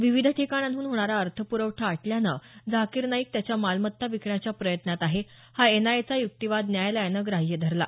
विविध ठिकाणांहून होणारा अर्थप्रवठा आटल्यानं झाकीर नाईक त्याच्या मालमत्ता विकण्याच्या प्रयत्नात आहे हा एनआयएचा युक्तिवाद न्यायालयानं ग्राह्य धरला